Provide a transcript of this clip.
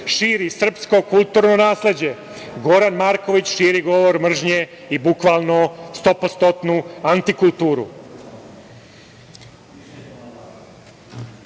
širi srpsko kulturno nasleđe Goran Marković širi govor mržnje i bukvalno stopostotnu antikulturu. Još